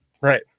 Right